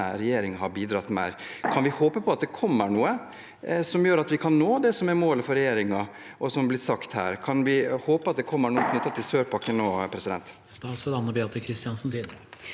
regjeringen ha bidratt mer. Kan vi håpe på at det kommer noe som gjør at vi kan nå det som er målet for regjeringen, og som blir sagt her? Kan vi håpe at det kommer noe nå knyttet til sør-pakken? Statsråd Anne Beathe Kristiansen